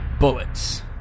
Bullets